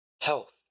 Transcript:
health